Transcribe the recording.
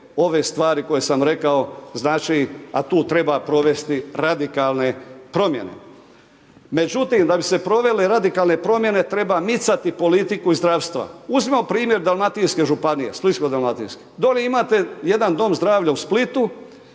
ove stvari koje sam rekao, znači a tu treba provesti radikalne promjene. Međutim da bi se provele radikalne promjene treba micati politiku iz zdravstva. Uzmimo primjer splitsko-dalmatinske županije. Dole imate jedan dom zdravlja u Splitu